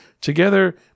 Together